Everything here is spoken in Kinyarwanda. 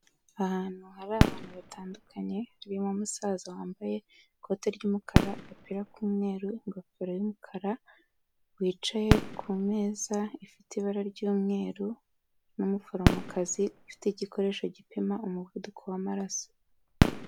Ahantu hari abantu batandukanye, harimo umusaza wambaye ikoti ry'umukara, agapira k'umweru, ingofero y'umukara, wicaye kumeza ifite ibara ry'umweru n'umuforomokazi ufite igikoresho gipima umuvuduko w'amaraso.